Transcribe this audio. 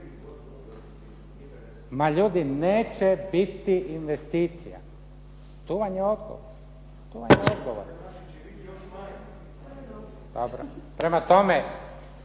Ma ljudi, neće biti investicija. Tu vam je odgovor. …